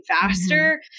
faster